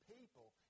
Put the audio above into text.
people